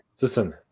Listen